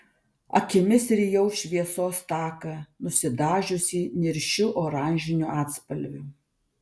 akimis rijau šviesos taką nusidažiusį niršiu oranžiniu atspalviu